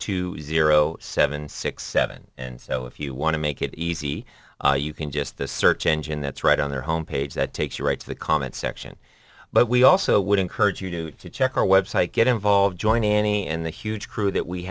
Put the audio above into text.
two zero seven six seven and so if you want to make it easy you can just the search engine that's right on their home page that takes you right to the comments section but we also would encourage you to to check our website get involved join in any in the huge crew that we